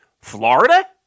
Florida